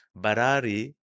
Barari